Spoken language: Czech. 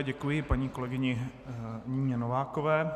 Děkuji paní kolegyni Nině Novákové.